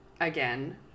again